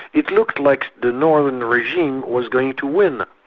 it looked like the northern regime was going to win,